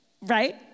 Right